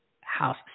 House